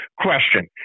question